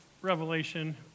Revelation